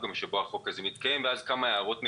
שבו החוק הזה מתקיים ואז כמה הערות נקודתיות.